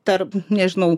tarp nežinau